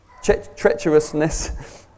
treacherousness